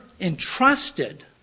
entrusted